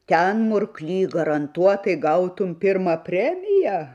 ten murkly garantuotai gautum pirmą premiją